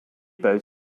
boat